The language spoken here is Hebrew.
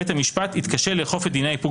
בית המשפט יתקשה לאכוף את דיני האיפוק